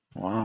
Wow